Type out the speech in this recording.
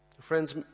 Friends